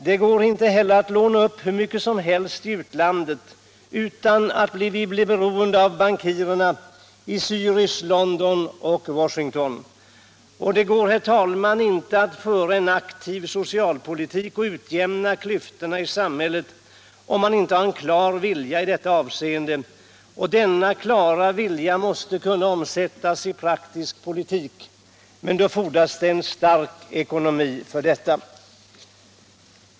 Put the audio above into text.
Det går inte heller att låna upp hur mycket som helst i utlandet, utan att vi blir beroende av bankirerna i Zärich, London och Washington. Och det går, herr talman, inte att föra en aktiv socialpolitik och utjämna klyftorna i samhället, om man inte har en klar vilja i detta avseende. Och denna klara vilja måste kunna omsättas i praktisk politik. Men då fordras det en stark ekonomi.